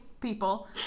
People